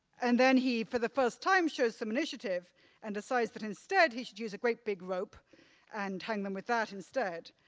and then he for the first time shows some initiative and decides that instead he should use a great big rope and hang them with that instead.